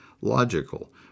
logical